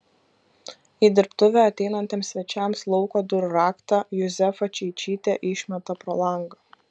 į dirbtuvę ateinantiems svečiams lauko durų raktą juzefa čeičytė išmeta pro langą